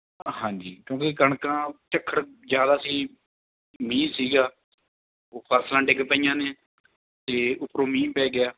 ਹਾਂਜੀ ਕਿਉਂਕਿ ਕਣਕਾਂ ਝੱਖੜ ਜ਼ਿਆਦਾ ਸੀ ਮੀਂਹ ਸੀਗਾ ਉਹ ਫਸਲਾਂ ਡਿੱਗ ਪਈਆਂ ਨੇ ਅਤੇ ਉਪਰੋਂ ਮੀਂਹ ਪੈ ਗਿਆ